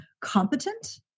competent